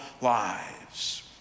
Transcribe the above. lives